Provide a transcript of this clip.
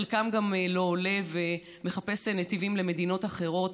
חלקם גם לא עולים ומחפשים נתיבים למדינות אחרות.